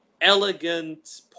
elegant